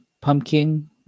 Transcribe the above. pumpkin